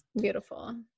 beautiful